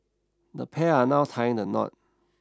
the pair are now tying the knot